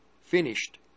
finished